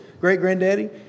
great-granddaddy